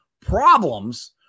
problems